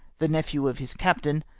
the nephew of his captain,